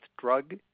drug